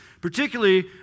particularly